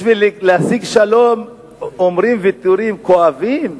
בשביל להשיג שלום אומרים "ויתורים כואבים"?